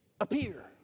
appear